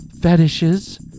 fetishes